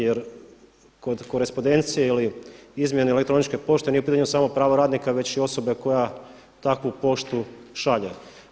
Jer kod korespondencije ili izmjene elektroničke pošte nije u pitanju samo pravo radnika već i osobe koja takvu poštu šalje.